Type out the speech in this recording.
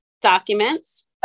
Documents